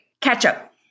Ketchup